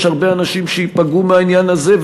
יש הרבה אנשים שייפגעו מהעניין הזה,